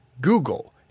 Google